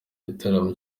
gitaramo